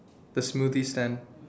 the smoothie stand